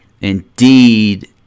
Indeed